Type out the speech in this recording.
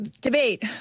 debate